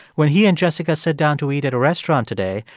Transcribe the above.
when he and jessica sit down to eat at a restaurant today,